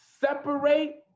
separate